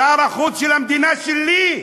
שר החוץ של המדינה שלי,